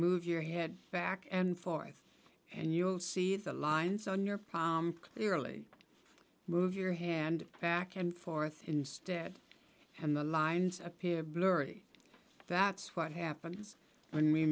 move your head back and forth and you'll see the lines on your palm clearly move your hand back and forth instead and the lines appear blurry that's what happens when we